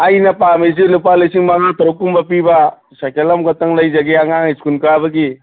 ꯑꯩꯅ ꯄꯥꯝꯃꯤꯁꯤ ꯂꯨꯄꯥ ꯂꯤꯁꯤꯡ ꯃꯉꯥ ꯇꯔꯨꯛ ꯀꯨꯝꯕ ꯄꯤꯕ ꯁꯥꯏꯀꯜ ꯑꯃ ꯈꯛꯇꯪ ꯂꯩꯖꯒꯦ ꯑꯉꯥꯡ ꯁ꯭ꯀꯨꯟ ꯀꯥꯕꯒꯤ